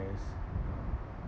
s~ ya